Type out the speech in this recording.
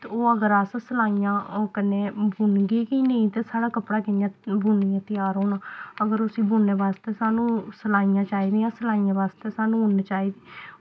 ते ओह् अगर अस सलाइयां कन्नै बुनगे गै नेईं ते साढ़ा कपड़ा कि'यां बुनियै त्यार होना अगर उसी बुनने बास्तै उसी सानूं सलाइयां चाहिदियां सलाइयें बास्तै सानूं उन्न चाहिदी